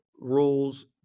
rules